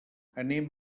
anem